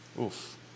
Oof